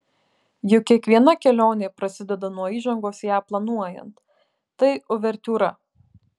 juk kiekviena kelionė prasideda nuo įžangos ją planuojant tai uvertiūra